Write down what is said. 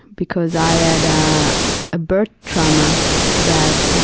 because i ah had a birth trauma that,